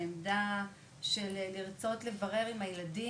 בעמדה של לרצות לברר עם הילדים,